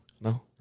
No